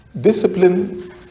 Discipline